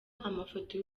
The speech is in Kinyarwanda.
amafoto